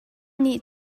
nih